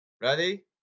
Ready